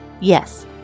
Yes